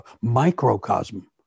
microcosm